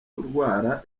kurwara